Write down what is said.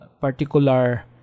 particular